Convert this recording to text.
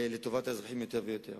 לטובת האזרחים יותר ויותר,